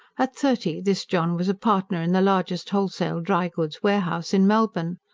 at thirty, this john was a partner in the largest wholesale dry-goods' warehouse in melbourne.